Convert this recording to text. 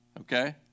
okay